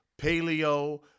paleo